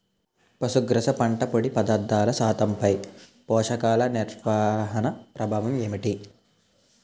పశుగ్రాస పంట పొడి పదార్థాల శాతంపై పోషకాలు నిర్వహణ ప్రభావం ఏమిటి?